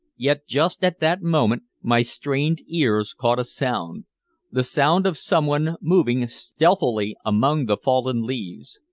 yet just at that moment my strained ears caught a sound the sound of someone moving stealthily among the fallen leaves.